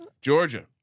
Georgia